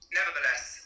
nevertheless